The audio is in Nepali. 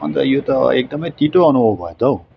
अन्त यो त एकदमै तितो अनुभव भयो त हौ